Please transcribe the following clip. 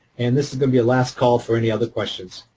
and this is going to be a last call for any other questions.